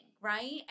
right